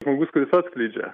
žmogus kuris atskleidžia